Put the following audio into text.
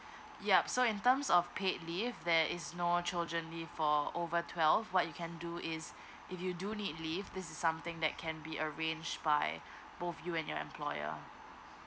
yup so in terms of paid leave there is no children leave for over twelve what you can do is if you do need leave this is something that can be arranged by both you and your employer